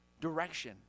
direction